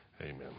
Amen